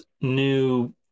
new